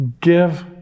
Give